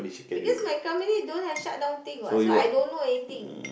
because my company don't have shut down thing what so I don't know anything